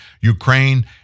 Ukraine